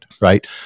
right